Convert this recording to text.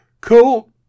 Cool